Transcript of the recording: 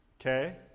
okay